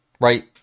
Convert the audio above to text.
right